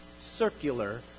circular